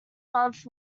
month